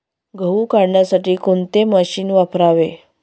गहू काढण्यासाठी कोणते मशीन वापरावे?